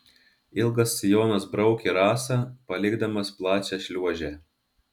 ilgas sijonas braukė rasą palikdamas plačią šliuožę